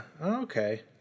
Okay